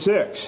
Six